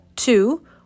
Two